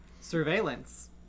surveillance